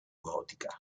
gotica